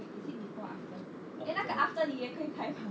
is it before or after eh 那个 after 你也可以开吗